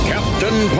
Captain